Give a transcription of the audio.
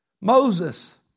Moses